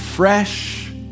fresh